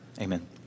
amen